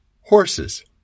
horses